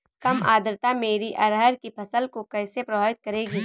कम आर्द्रता मेरी अरहर की फसल को कैसे प्रभावित करेगी?